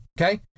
Okay